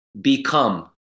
become